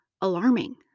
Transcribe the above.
alarming